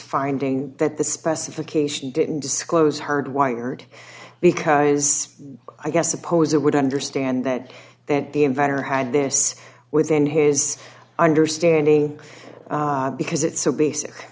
finding that the specification didn't disclose hard wired because i guess suppose it would understand that that the inventor had this within his understanding because it's so basic